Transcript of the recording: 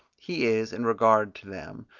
he is, in regard to them,